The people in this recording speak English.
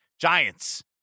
Giants